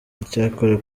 icyakora